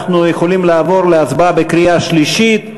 אנחנו יכולים לעבור להצבעה בקריאה שלישית,